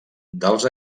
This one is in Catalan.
dels